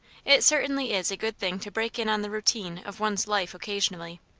it certainly is a good thing to break in on the routine of one's life occasionally.